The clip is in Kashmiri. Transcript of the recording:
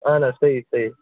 اَہَن حظ صحیح صحیح